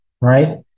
right